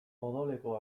odoleko